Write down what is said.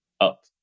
up